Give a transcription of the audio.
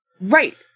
Right